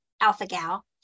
alpha-gal